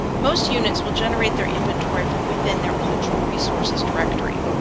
most units will generate their inventory from within their cultural resources directory.